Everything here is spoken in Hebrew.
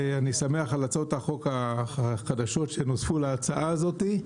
ואני שמח על הצעות החוק החדשות שנוספו להצעה הזאת.